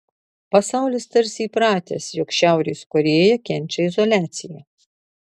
pasaulis tarsi įpratęs jog šiaurės korėja kenčia izoliaciją